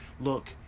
look